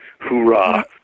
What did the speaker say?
hoorah